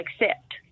accept